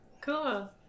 Cool